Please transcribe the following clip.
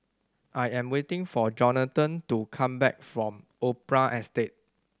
I am waiting for Johnathan to come back from Opera Estate